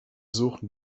suchen